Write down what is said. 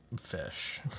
fish